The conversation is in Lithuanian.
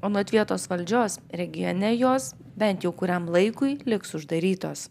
anot vietos valdžios regione jos bent jau kuriam laikui liks uždarytos